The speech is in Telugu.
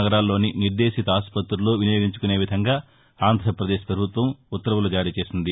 నగరాల్లోని నిర్దేశిత ఆసుప్రతుల్లో వినియోగించుకునే విధంగా ఆంధ్రపదేశ్పభుత్వం ఉత్తర్వులు జారీ చేసింది